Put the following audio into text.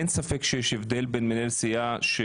אין ספק שיש הבדל בין מנהל סיעה של